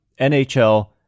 NHL